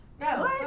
No